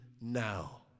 now